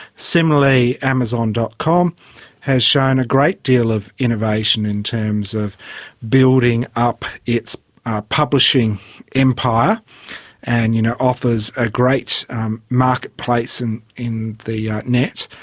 similarly amazon com has shown a great deal of innovation in terms of building up its publishing empire and you know offers a great marketplace and in the yeah net.